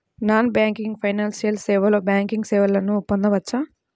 Non banking financial సేవలో banking సేవలను పొందవచ్చా?